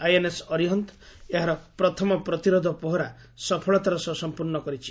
INS Arihant ଏହାର ପ୍ରଥମ ପ୍ରତିରୋଧ ପହରା ସଫଳତାର ସହ ସମ୍ପର୍ଣ୍ଣ କରିଛି